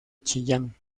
chillán